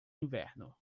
inverno